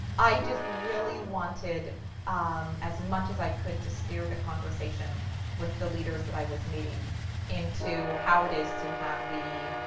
i just really wanted um as much as i could to steer the conversation with the leaders that i was meeting into how it is to have the